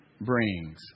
brings